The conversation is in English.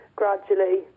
gradually